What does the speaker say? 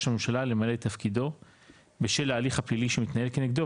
הממשלה למלא את תפקידו בשל ההליך הפלילי שמתנהל כנגדו,